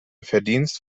verdienst